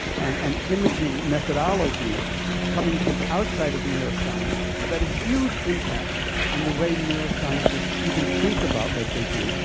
and and imaging methodologies coming from outside of neuroscience have had a huge impact on the way neuroscientists even think about what they do,